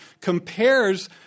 compares